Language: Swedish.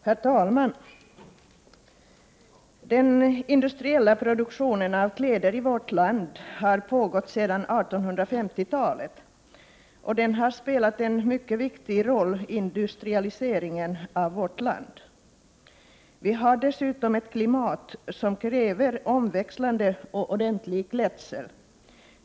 Herr talman! Den industriella produktionen av kläder i vårt land har pågått sedan 1850-talet, och den har spelat en mycket viktig roll vid industrialiseringen av vårt land. Vi har dessutom ett klimat som kräver omväxlande och ordentlig klädsel.